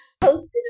posted